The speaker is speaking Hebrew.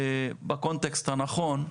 בקונטקסט הנכון,